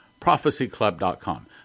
Prophecyclub.com